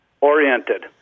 oriented